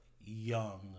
young